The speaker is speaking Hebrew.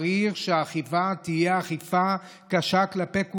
צריך שהאכיפה תהיה אכיפה קשה כלפי כולם,